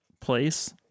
place